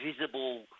visible